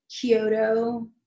Kyoto